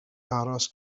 aros